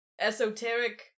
esoteric